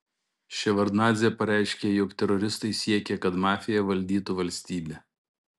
ševardnadzė pareiškė jog teroristai siekia kad mafija valdytų valstybę